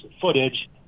footage